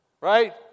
Right